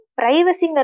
privacy